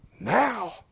Now